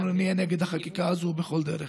אנחנו נהיה נגד החקיקה הזאת בכל דרך.